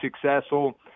successful